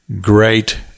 great